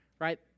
Right